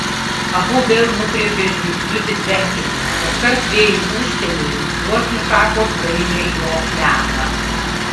abu vėl nukreipė žvilgsnius į tvenkinį kaskart vėjui ūžtelėjus gluosnių šakos braižė jo ledą